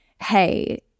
hey